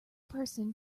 person